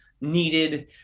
needed